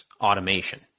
automation